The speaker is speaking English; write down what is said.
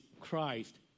Christ